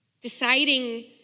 deciding